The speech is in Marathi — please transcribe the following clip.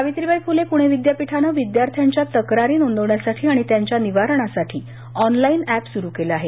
सावित्रीबाई फुले पूणे विद्यापीठानं विद्यार्थ्यांच्या तक्रारी नोंदवण्यासाठी आणि त्यांच्या निवारणासाठी ऑनलाईन एप सुरू केलं आहे